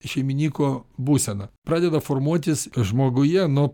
šeiminyko būsena pradeda formuotis žmoguje nuo